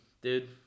Dude